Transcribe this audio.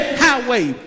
highway